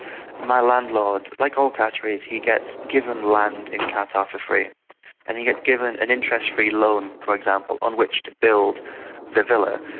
my landlord, like all qataris he gets given land in qatar for free and he gets given an interest-free loan, for example, on which to build the villa,